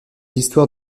l’histoire